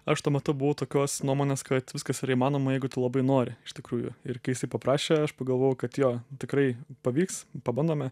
aš tuo metu buvau tokios nuomonės kad viskas yra įmanoma jeigu tu labai nori iš tikrųjų ir kai jisai paprašė aš pagalvojau kad jo tikrai pavyks pabandome